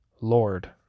Lord